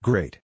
Great